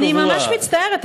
אני ממש מצטערת,